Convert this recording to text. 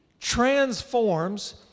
transforms